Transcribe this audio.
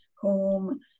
home